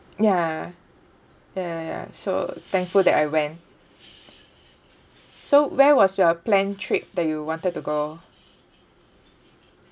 ya ya ya ya so thankful that I went so where was your planned trip that you wanted to go